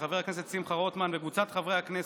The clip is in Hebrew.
של חבר הכנסת שמחה רוטמן וקבוצת חברי הכנסת,